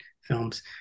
films